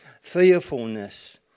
fearfulness